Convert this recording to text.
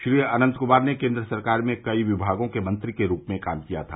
श्री अनत कुमार ने केन्द्र सरकार में कई विमागों के मंत्री के रूप में काम किया था